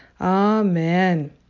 Amen